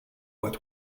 what